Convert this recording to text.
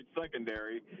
secondary